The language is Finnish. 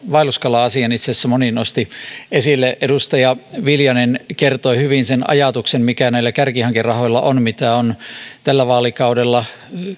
vaelluskala asiasta itse asiassa moni nosti sen esille edustaja viljanen kertoi hyvin sen ajatuksen mikä näillä kärkihankerahoilla on tällä vaalikaudella